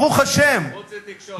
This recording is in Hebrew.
ברוך השם, חוץ מתקשורת?